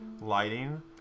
lighting